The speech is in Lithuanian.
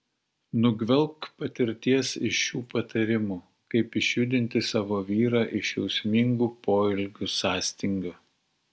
nugvelbk patirties iš šių patarimų kaip išjudinti savo vyrą iš jausmingų poelgių sąstingio